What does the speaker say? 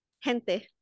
Gente